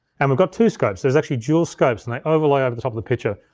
and we've got two scopes. there's actually dual scopes and they overlay over the top of the picture.